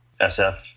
SF